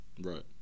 Right